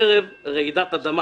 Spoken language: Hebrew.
ערב רעידת אדמה